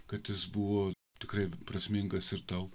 kad jis buvo tikrai prasmingas ir tau